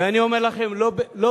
ואני אומר לכם: לא בקיפאון.